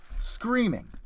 Screaming